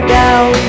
down